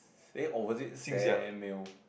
eh oh was it Samuel